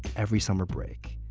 every summer break.